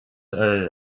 are